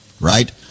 right